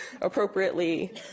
appropriately